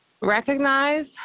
recognize